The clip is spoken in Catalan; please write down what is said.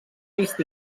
vist